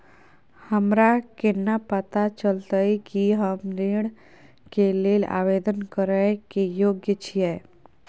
हमरा केना पता चलतई कि हम ऋण के लेल आवेदन करय के योग्य छियै?